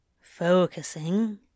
Focusing